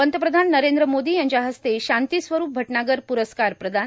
पंतप्रधान नरेंद्र मोदी यांच्या हस्ते शांतीस्वरूप भटनागर पुरस्कार प्रदान